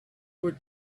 were